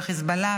בחיזבאללה,